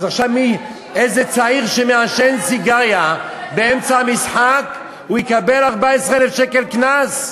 אז עכשיו איזה צעיר שמעשן סיגריה באמצע המשחק יקבל 14,000 שקל קנס?